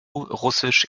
russisch